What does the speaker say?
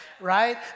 right